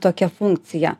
tokia funkcija